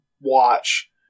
watch